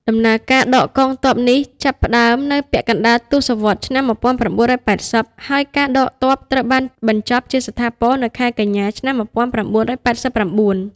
ដំណើរការដកទ័ពនេះបានចាប់ផ្តើមនៅពាក់កណ្តាលទសវត្សរ៍ឆ្នាំ១៩៨០ ហើយការដកទ័ពត្រូវបានបញ្ចប់ជាស្ថាពរនៅខែកញ្ញា ឆ្នាំ១៩៨៩។